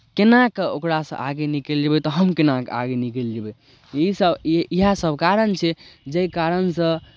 केनाके ओकरासँ आगे निकलि जयबै तऽ हम केनाके आगे निकलि जयबै इसभ इएहसभ कारण छै जाहि कारण सँ